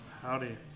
howdy